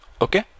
okay